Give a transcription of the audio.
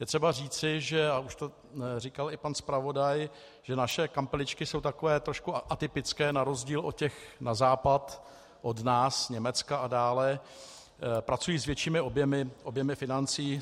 Je třeba říci, už to říkal i pan zpravodaj, že naše kampeličky jsou trošku atypické na rozdíl od těch na západ od nás, Německa a dále, pracují s většími objemy financí.